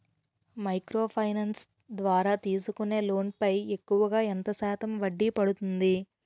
Micro finance ద్వారా తీసుకునే loan పై ఎక్కువుగా ఎంత శాతం వడ్డీ పడుతుంది?